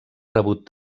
rebut